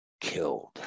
killed